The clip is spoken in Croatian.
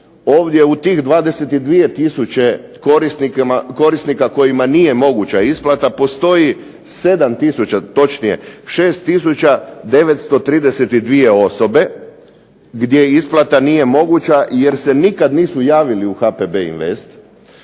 ovdje u tih 22 tisuće korisnika, kojima nije moguća isplata postoji 7 tisuće, točnije 6932 osobe gdje isplata nije moguća jer se nikada nisu javili u HPB Invest,